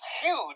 huge